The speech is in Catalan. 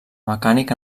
mecànic